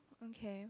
okay